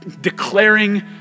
Declaring